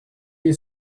you